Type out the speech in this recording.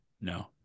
no